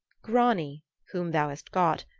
grani, whom thou hast got,